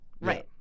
Right